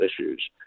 issues